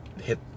hit